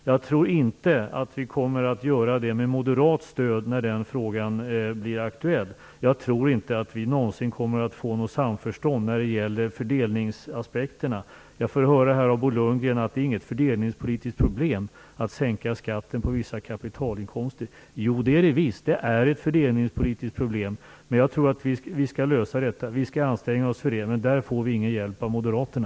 Jag tror inte att vi kommer att göra det med moderat stöd när den frågan blir aktuell. Jag tror inte att vi någonsin kommer att få något samförstånd när det gäller fördelningsaspekterna. Jag får här höra av Bo Lundgren att det inte är något fördelningspolitiskt problem att sänka skatten på vissa kapitalinkomster. Jo, det är visst ett fördelningspolitiskt problem. Jag tror dock att vi skall lösa detta. Vi skall anstränga oss för det, men därvidlag får vi ingen hjälp av moderaterna.